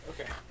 okay